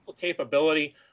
capability